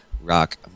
rock